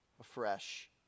afresh